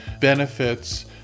benefits